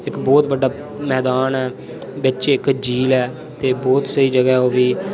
इक बहुत बड्डा मैदान ऐ इक झील ऐ ते बहुत स्हेई जगहा ऐ ओह्बी